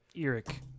Eric